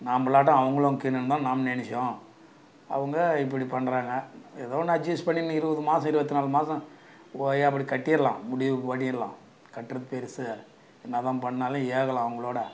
நாம்பலாட்டம் அவங்களும் இக்கிணுந்தான் நாம் நினச்சோம் அவங்க இப்படி பண்ணுறாங்க ஏதோ ஒன்று அஜ்ஜஸ்ட் பண்ணிகின்னு இருபது மாசம் இருபத்தி நாலு மாசம் ஓயா அப்படி கட்டிர்லாம் முடிவுக்கு ஓடீர்லாம் கட்டுறது பெருசு என்ன தான் பண்ணாலும் ஏகலை அவங்களோட